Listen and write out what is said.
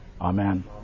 amen